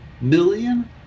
million